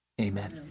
Amen